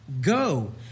go